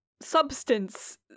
substance